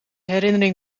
herinnering